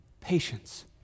patience